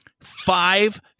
five